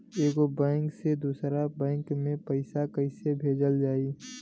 एगो बैक से दूसरा बैक मे पैसा कइसे भेजल जाई?